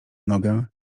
nogę